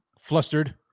flustered